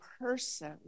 person